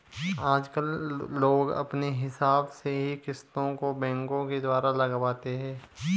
आजकल लोग अपने हिसाब से ही किस्तों को बैंकों के द्वारा लगवाते हैं